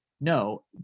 no